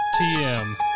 TM